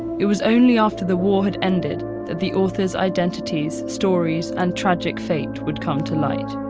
it was only after the war had ended that the authors' identities, stories, and tragic fate would come to light.